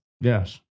yes